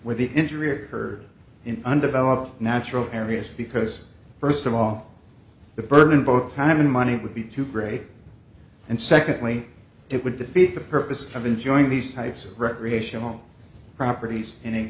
where the injury occurred in undeveloped natural areas because first of all the burden both time and money would be too great and secondly it would defeat the purpose of enjoying these types of recreational properties in